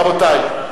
רבותי,